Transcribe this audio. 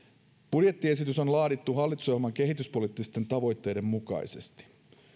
budjettiesitys on laadittu hallitusohjelman kehityspoliittisten tavoitteiden mukaisesti